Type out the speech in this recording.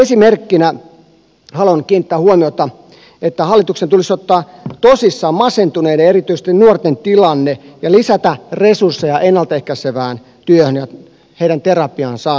esimerkkinä haluan kiinnittää huomiota siihen että hallituksen tulisi ottaa tosissaan masentuneiden erityisesti nuorten tilanne ja lisätä resursseja ennalta ehkäisevään työhön heidän terapiaan saamisekseen